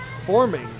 forming